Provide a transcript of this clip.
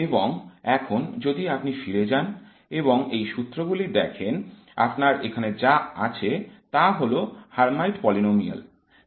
এবং এখন যদি আপনি ফিরে যান এবং এই সূত্রগুলি দেখেন আপনার এখানে যা আছে তা হল হার্মাইট পলিনোমিয়ালস